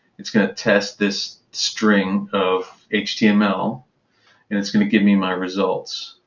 it's going to test this string of html. and it's going to give me my results.